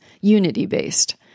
unity-based